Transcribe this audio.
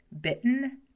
bitten